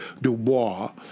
Dubois